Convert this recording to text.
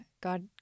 God